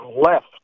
left